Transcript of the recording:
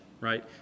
right